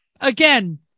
Again